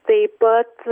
taip pat